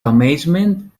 amazement